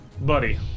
Buddy